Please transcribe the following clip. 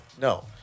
No